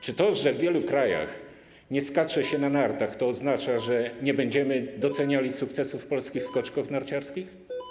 Czy to, że w wielu krajach nie skacze się na nartach, oznacza, że nie będziemy doceniali sukcesów polskich skoczków narciarskich?